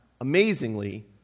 amazingly